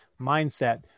mindset